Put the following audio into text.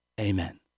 Amen